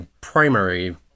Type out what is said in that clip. primary